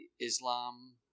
Islam